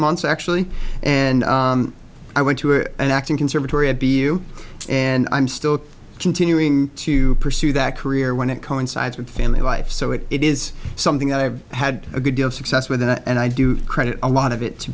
months actually and i went to an acting conservatory at b u and i'm still continuing to pursue that career when it coincides with family life so it it is something i've had a good deal of success with and i do credit a lot of it to